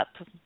up